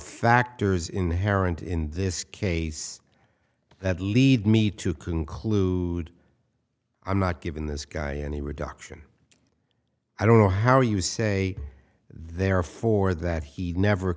factors inherent in this case that lead me to conclude i'm not giving this guy any reduction i don't know how you say therefore that he never